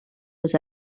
was